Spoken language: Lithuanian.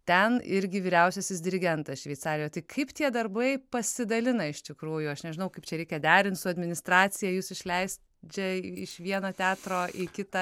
ten irgi vyriausiasis dirigentas šveicarijoj tai kaip tie darbai pasidalina iš tikrųjų aš nežinau kaip čia reikia derint su administracija jus išleis čia iš vieno teatro į kitą